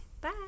Bye